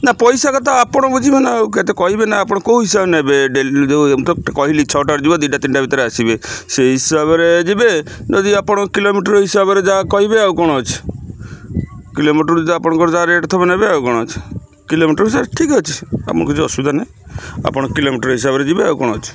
ନା ପଇସା କଥା ଆପଣ ବୁଝିବେ ନା ଆଉ କେତେ କହିବେ ନା ଆପଣ କେଉଁ ହିସାବରେ ନେବେ ଯେଉଁ କହିଲି ଛଅଟାରେ ଯିବ ଦୁଇଟା ତିନିଟା ଭିତରେ ଆସିବେ ସେଇ ହିସାବରେ ଯିବେ ଯଦି ଆପଣ କିଲୋମିଟର ହିସାବରେ ଯାହା କହିବେ ଆଉ କ'ଣ ଅଛି କିଲୋମିଟର ଯଦି ଆପଣଙ୍କର ଯାହା ରେଟ୍ ଥବ ନେବେ ଆଉ କ'ଣ ଅଛି କିଲୋମିଟର ସେ ଠିକ୍ ଅଛି ଆପଣ କିଛି ଅସୁବିଧା ନାହିଁ ଆପଣ କିଲୋମିଟର ହିସାବରେ ଯିବେ ଆଉ କ'ଣ ଅଛି